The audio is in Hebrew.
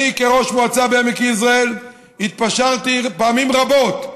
אני, כראש מועצה בעמק יזרעאל, התפשרתי פעמים רבות,